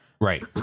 Right